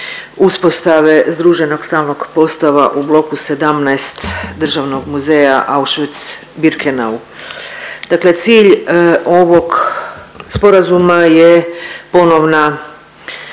uspostave združenog stalnog postava u bloku 17 Državnog muzeja Auschwitz-Birkenau. Dakle cilj ovog sporazuma je ponovna